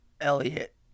Elliot